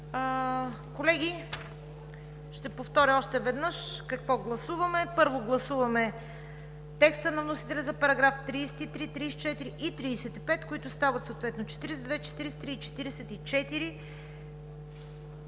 Колеги, ще повторя още веднъж какво гласуваме: първо, гласуваме текста на вносителя за параграфи 33, 34 и 35, които стават съответно параграфи 42,